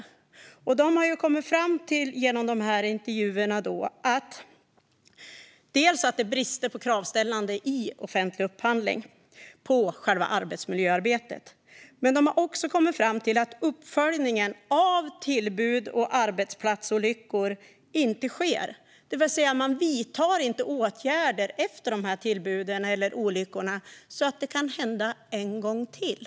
Genom intervjuerna har man kommit fram till att det dels finns brister i kravställandet vid offentlig upphandling vad gäller själva arbetsmiljöarbetet. Dels sker ingen uppföljning av tillbud och arbetsplatsolyckor. Man vidtar alltså inte åtgärder efter tillbuden eller olyckorna, och de kan därför inträffa en gång till.